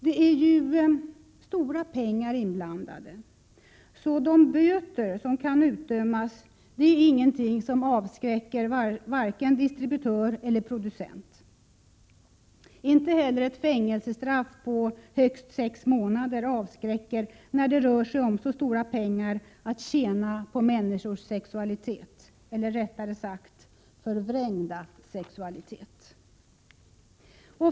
Det är ju stora pengar inblandade, så de böter som kan utdömas är inget som avskräcker vare sig distributör eller producent. Inte heller ett fängelsestraff på högst sex månader avskräcker när det finns så stora pengar som det här gör att tjäna på människors sexualitet — eller rättare sagt förvrängda sexualitet.